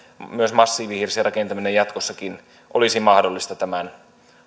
myös massiivihirsirakentaminen jatkossakin olisi mahdollista tämän